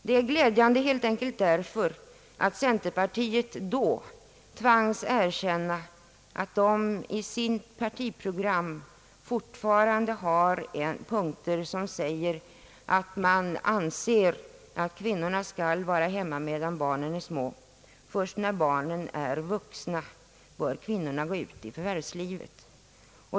Det är glädjande helt enkelt därför att centerpartiet då tvangs erkänna, att det i sitt partiprogram fortfarande har punkter som säger att partiet anser att kvinnorna skall vara hemma medan barnen är små. Först när barnen är vuxna bör kvinnorna gå ut i förvärvslivet.